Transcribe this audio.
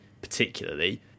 particularly